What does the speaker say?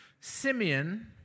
Simeon